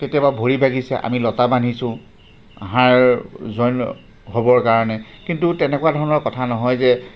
কেতিয়াবা ভৰি ভাঙিছে আমি লতা বান্ধিছোঁ হাড় জইন হ'বৰ কাৰণে কিন্তু তেনেকুৱা ধৰণৰ কথা নহয় যে